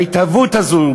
בהתהוות הזאת,